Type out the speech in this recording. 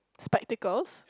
spectacles